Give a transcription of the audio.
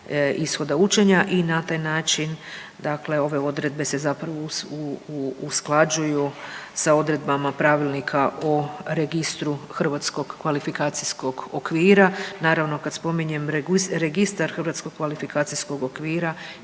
ishoda učenja i na taj način ove odredbe se zapravo usklađuju sa odredbama Pravilnika o registru HKO-a. Naravno, kad spominjem Registar Hrvatskog kvalifikacijskog okvira